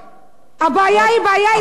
הבעיה היא בעיה ערכית, משפט אחרון.